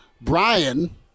Brian